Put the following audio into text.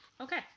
Okay